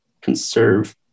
conserve